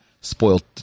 spoiled